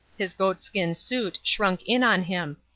his goatskin suit shrunk in on him.